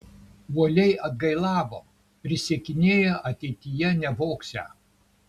uoliai atgailavo prisiekinėjo ateityje nevogsią